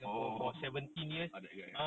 oh ah that guy